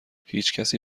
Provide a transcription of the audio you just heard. هیچکسی